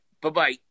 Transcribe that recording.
Bye-bye